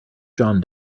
john